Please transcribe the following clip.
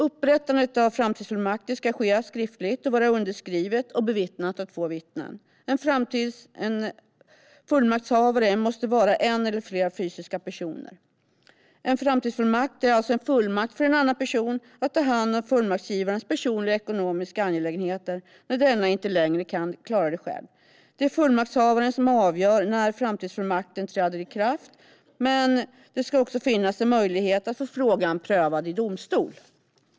Upprättandet av framtidsfullmakter ska ske skriftligt, och de ska vara underskrivna och bevittnade av två vittnen. En fullmaktshavare måste vara en eller flera fysiska personer. En framtidsfullmakt är alltså en fullmakt för en annan person att ha hand om fullmaktsgivarens personliga och ekonomiska angelägenheter när denna inte längre kan klara det själv. Det är fullmaktshavaren som avgör när framtidsfullmakten träder i kraft. Men det ska också finnas en möjlighet att få frågan prövad i domstol.